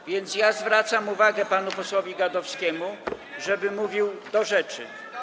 A więc zwracam uwagę panu posłowi Gadowskiemu, żeby mówił do rzeczy.